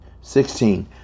Sixteen